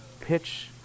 pitch